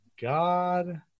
God